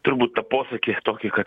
turbūt tą posakį tokį kad